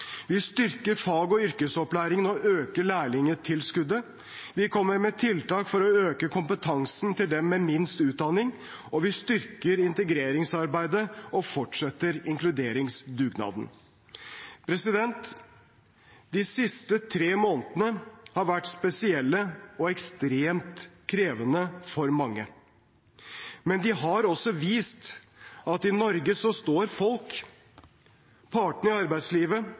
Vi styrker fag- og yrkesopplæringen og øker lærlingtilskuddet. Vi kommer med tiltak for å øke kompetansen til dem med minst utdanning, og vi styrker integreringsarbeidet og fortsetter inkluderingsdugnaden. De siste tre månedene har vært spesielle og ekstremt krevende for mange. Men de har også vist at i Norge står folk, partene i arbeidslivet